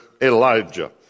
Elijah